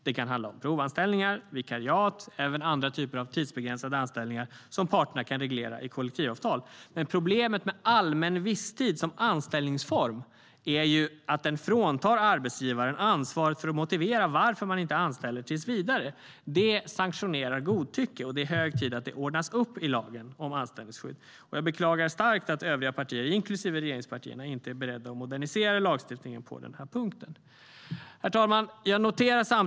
Det kan handla om provanställningar, vikariat och även andra typer av tidsbegränsade anställningar som parterna kan reglera i kollektivavtal. STYLEREF Kantrubrik \* MERGEFORMAT ArbetsrättHerr talman!